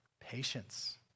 Patience